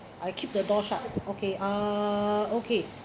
I keep the door shut okay uh okay